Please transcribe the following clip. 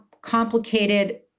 complicated